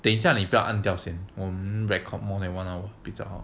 等一下里边你不要按掉先 record more than one hour 比较好